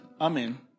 Amen